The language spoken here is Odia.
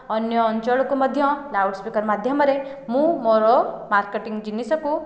ଅନ୍ୟ ଅଞ୍ଚଳକୁ ମଧ୍ୟ ଲାଉଡ଼ସ୍ପିକର ମାଧ୍ୟମରେ ମୁଁ ମୋର ମାର୍କେଟିଂ ଜିନିଷକୁ